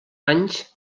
anys